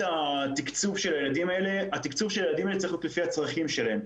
התקצוב של הילדים האלה צריך להיות לפי הצרכים שלהם.